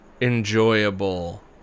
enjoyable